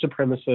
supremacist